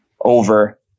over